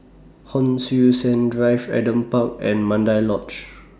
Hon Sui Sen Drive Adam Park and Mandai Lodge